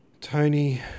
Tony